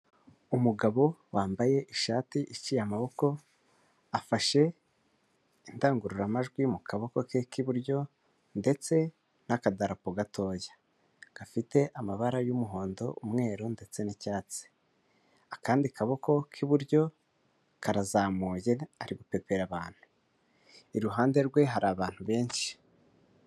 Umugabo wambaye ishati iciye amaboko afashe indangururamajwi mu kaboko ke k'iburyo. Ndetse n'akadarapo gatoya gafite amabara y'umuhondo umwe ndetse n'icyatsi ,akandi kaboko k'iburyo karazamuye ari gupepera abantu , iruhande rwe hari abantu benshi.